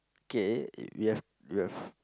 kay we've we've